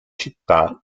città